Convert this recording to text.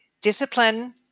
discipline